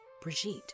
Brigitte